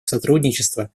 сотрудничества